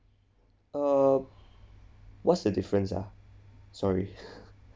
err what's the difference ah sorry